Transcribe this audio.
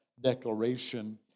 declaration